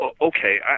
Okay